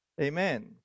Amen